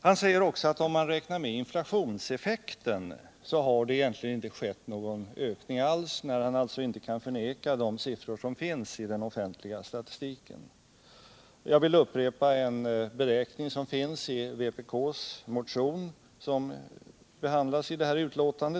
Han säger också att det, om man räknar med inflationseffekten, egentligen inte har skett någon ökning alls, när han alltså inte kan förneka de siffror som finns i den offentliga statistiken. Jag vill upprepa en beräkning i vpk:s motion, som behandlas i detta betänkande.